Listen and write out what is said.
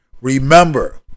Remember